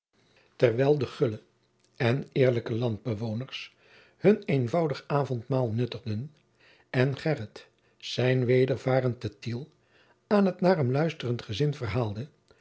terwijl de gulle en eerlijke landbewoners hun eenvoudig avondmaal nuttigden en gheryt zijn wedervaren te tiel aan het naar hem luisterend gezin verhaalde